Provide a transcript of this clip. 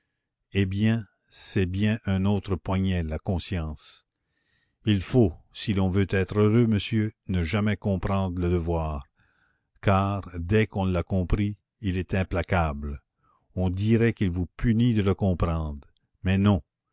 eh bien c'est bien un autre poignet la conscience il faut si l'on veut être heureux monsieur ne jamais comprendre le devoir car dès qu'on l'a compris il est implacable on dirait qu'il vous punit de le comprendre mais non